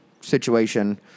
situation